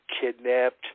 kidnapped